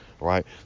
right